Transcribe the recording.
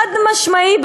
חד-משמעית,